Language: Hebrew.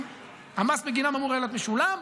והמס בגינם אמור היה להיות משולם,